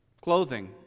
clothing